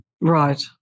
Right